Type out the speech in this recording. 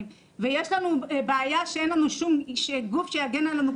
ויש לנו בעיה שאין לנו שום גוף שיגן עלינו,